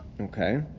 okay